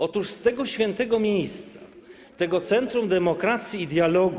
Otóż z tego świętego miejsca, tego centrum demokracji i dialogu.